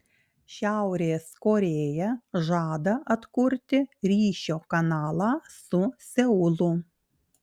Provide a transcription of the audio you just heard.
šiaurės korėja žada atkurti ryšio kanalą su seulu